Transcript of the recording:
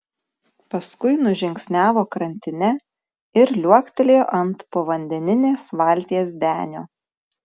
paskui nužingsniavo krantine ir liuoktelėjo ant povandeninės valties denio